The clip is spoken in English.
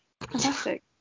Fantastic